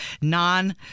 non